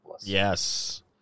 Yes